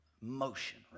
motion